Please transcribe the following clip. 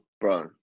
bro